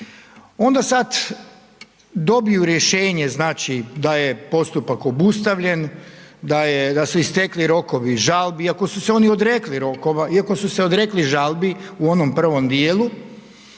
Onda sad dobiju rješenje, znači da je postupak obustavljen, da su istekli rokovi žalbi iako su se oni odrekli rokova, iako su se odrekli žalbi u onom prvom dijelu,